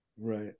Right